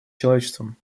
человечеством